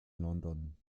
london